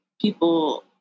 people